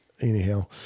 Anyhow